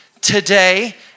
today